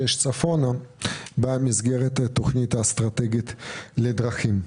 צפונה במסגרת התכנית האסטרטגית לדרכים.